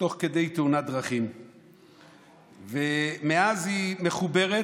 תוך כדי תאונת דרכים ומאז היא מחוברת